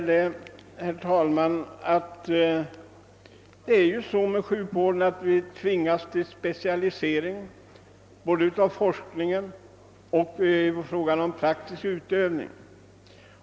Vi tvingas ju inom sjukvården till specialisering både av forskningen och i fråga om praktisk utövning.